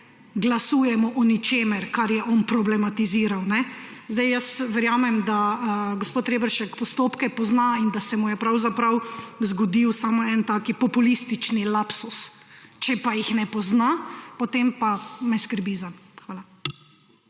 glasujemo o ničemer, kar je on problematiziral. Zdaj, jaz verjamem, da gospod Reberšek postopke pozna in da se mu je pravzaprav zgodil samo en tak populistični lapsus. Če pa jih ne pozna, potem pa me skrbi zanj. Hvala.